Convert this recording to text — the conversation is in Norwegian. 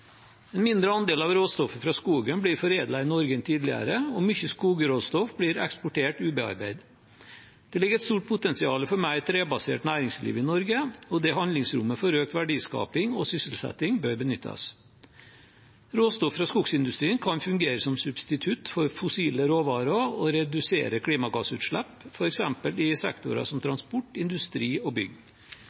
En mindre andel av råstoffet fra skogen blir foredlet i Norge enn tidligere, og mye skogråstoff blir eksportert ubearbeidet. Det ligger et stort potensial for mer trebasert næringsliv i Norge, og dette handlingsrommet for økt verdiskaping og sysselsetting bør benyttes. Råstoff fra skogsindustrien kan fungere som substitutt for fossile råvarer og redusere klimagassutslipp, f.eks. i sektorer som transport, industri og bygg.